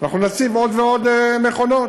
אנחנו נציב עוד ועוד מכונות.